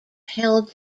held